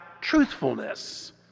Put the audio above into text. truthfulness